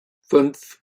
fünf